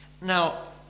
Now